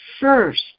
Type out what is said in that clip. first